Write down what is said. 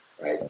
Right